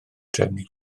drefnu